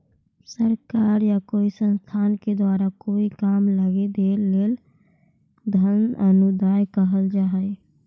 सरकार या कोई संस्थान के द्वारा कोई काम लगी देल गेल धन अनुदान कहल जा हई